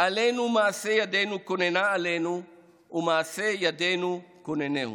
עלינו ומעשה ידינו כוננה עלינו ומעשה ידינו כוננהו".